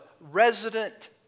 resident